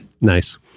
Nice